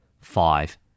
Five